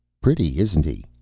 pretty, isn't he?